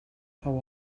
how